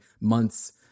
months